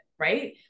right